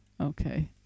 okay